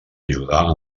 ajudar